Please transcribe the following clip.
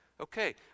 Okay